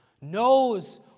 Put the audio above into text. knows